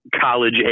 college